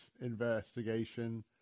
investigation